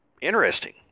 Interesting